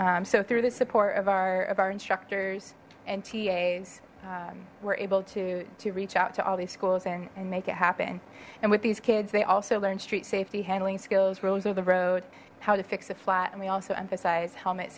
and so through the support of our of our instructors and tas were able to to reach out to all these schools and make it happen and with these kids they also learn street safety handling skills rules of the road how to fix a flat and we also emphasize helmet